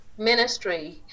ministry